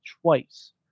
twice